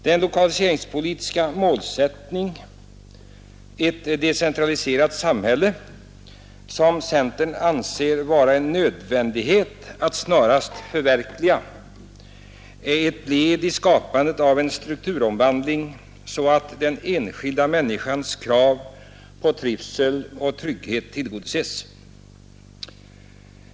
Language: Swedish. Den lokaliseringspolitiska målsättning — ett decentraliserat samhälle — som centern anser det vara en nödvändighet att snarast möjligt förverkliga är ett led i skapandet av en strukturomvandling för att den enskilda människans krav på trivsel och trygghet skall tillgodoses.